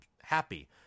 happy